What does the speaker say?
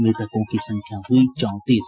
मृतकों की संख्या हुई चौंतीस